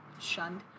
shunned